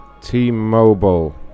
T-Mobile